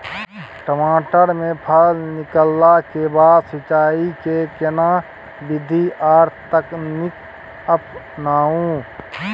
टमाटर में फल निकलला के बाद सिंचाई के केना विधी आर तकनीक अपनाऊ?